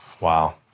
Wow